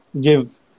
give